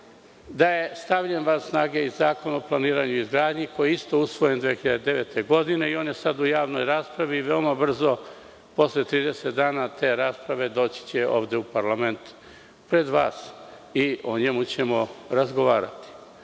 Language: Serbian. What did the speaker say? da je stavljen van snage i zakon o planiranju i izgradnji, koji je isto usvojen 2009. godine i on je sada u javnoj raspravi, veoma brzo, posle 30 dana te rasprave, doći će ovde u parlament pred vas i o njemu ćemo razgovarati,